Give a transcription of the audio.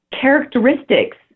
characteristics